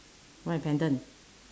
why a pendant